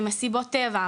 מסיבות טבע,